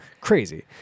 Crazy